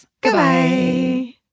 Goodbye